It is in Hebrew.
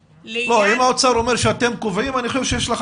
אם האוצר אומר שאתם קובעים אני חושב שיש לך